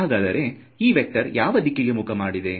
ಹಾಗಾದರೆ ಈ ವೇಕ್ಟರ್ ಯಾವ ದಿಕ್ಕಿಗೆ ಮುಖ ಮಾಡಿದೆ